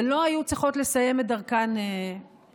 ולא היו צריכות לסיים את דרכן עכשיו,